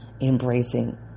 embracing